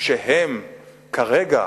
שהם כרגע